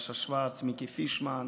סשה שוורץ, מיקי פישמן,